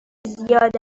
زیاد